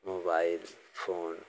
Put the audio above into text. mobile phone